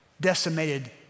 decimated